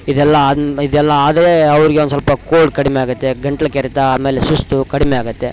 ಇದೆಲ್ಲ ಆದ ಇದೆಲ್ಲ ಆದರೆ ಅವ್ರಿಗೆ ಒಂದುಸ್ವಲ್ಪ ಕೋಲ್ಡ್ ಕಡಿಮೆ ಆಗುತ್ತೆ ಗಂಟ್ಲು ಕೆರೆತ ಆಮೇಲೆ ಸುಸ್ತು ಕಡಿಮೆ ಆಗುತ್ತೆ